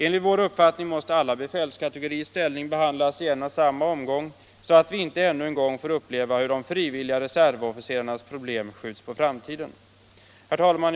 Enligt vår uppfattning måste alla befälskategoriers ställning behandlas i en och samma omgång så att vi inte ännu en gång får uppleva hur de frivilliga reservofficerarnas problem skjuts på framtiden. Herr talman!